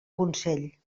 consell